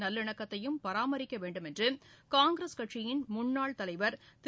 நல்லிணக்கத்தையும் பராமரிக்கவேண்டும் என்றுகாங்கிரஸ் கட்சியின் முன்னாள் தலைவர் திரு